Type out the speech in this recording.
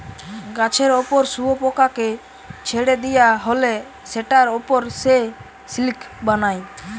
গাছের উপর শুয়োপোকাকে ছেড়ে দিয়া হলে সেটার উপর সে সিল্ক বানায়